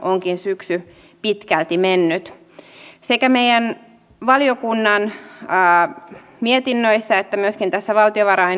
teollisuusmaat auttavat myös kehitysmaita niiden siirtymisessä vihreään teknologiaan sekä auttavat niitä ilmastonmuutokseen sopeutumisessa